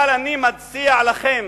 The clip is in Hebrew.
אבל, אני מציע לכם,